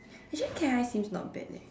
actually cat eyes seems not bad leh